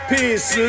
Peace